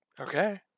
Okay